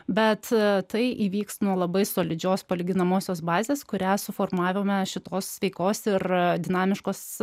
bet tai įvyks nuo labai solidžios palyginamosios bazės kurią suformavome šitos sveikos ir dinamiškos